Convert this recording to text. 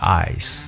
eyes